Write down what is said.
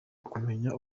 kumenya